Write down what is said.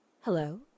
Hello